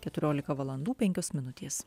keturiolika valandų penkios minutės